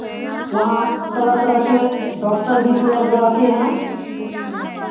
वहाँ तरह तरह के डॉक्टर भी उपलब्ध रहते हैं